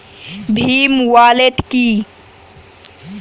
Bhim wallet কি?